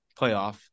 playoff